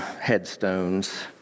headstones